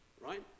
right